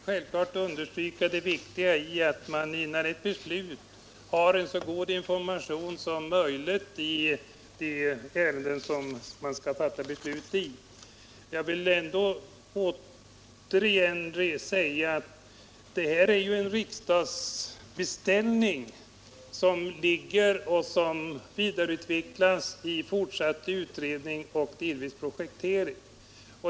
Herr talman! Jag vill understryka att det självfallet är viktigt att man har en så god information som möjligt i de ärenden som man skall fatta beslut i. Jag vill återigen framhålla att det här är en riksdagsbeställning som ligger och som vidareutvecklas i fortsatt utredning och delvis projektering.